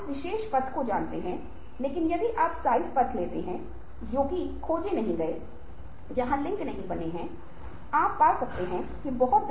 उपहार एहसान प्रकटीकरण या रियायतें जैसे छोटे कदम के साथ मेज के पार कामकाजी संबंध बनाएं